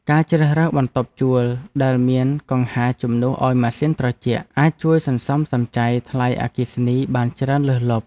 ការជ្រើសរើសបន្ទប់ជួលដែលមានកង្ហារជំនួសឱ្យម៉ាស៊ីនត្រជាក់អាចជួយសន្សំសំចៃថ្លៃអគ្គិសនីបានច្រើនលើសលប់។